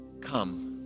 Come